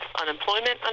unemployment